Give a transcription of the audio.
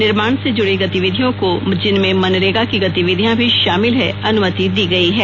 निर्माण से जूड़ी गतिविधियों को जिनमें मनरेगा की गतिविधियां भी शामिल हैं अनुमति दी गई है